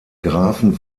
grafen